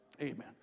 Amen